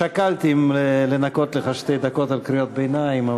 שקלתי אם לנכות לך שתי דקות על קריאות ביניים,